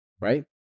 right